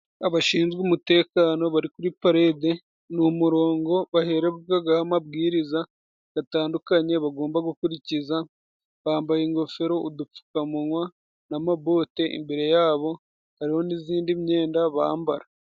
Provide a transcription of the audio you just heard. Abashinzwe umutekano bari kuri palede, ni umurongo baherwagaho amabwiriza gatandukanye bagomba gukurikiza, bambaye ingofero, udupfukamunwa n'amabote, imbere ya bo hariho n'izindi myenda bambara.